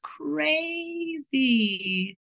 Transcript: crazy